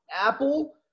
Apple